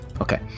Okay